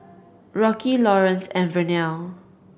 Rocky Laurance and Vernelle